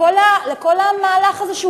לכל המהלך הזה,